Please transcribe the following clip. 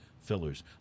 fillers